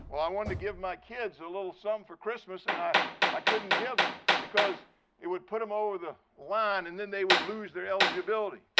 well, i wanted to give my kids a little something for christmas and i i couldn't give them because it would put them over the line and then they would lose their eligibility.